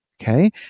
okay